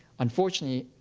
unfortunately,